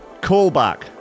Callback